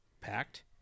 packed